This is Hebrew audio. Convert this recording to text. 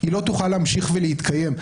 לא תוכל להמשיך ולהתקיים.